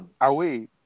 away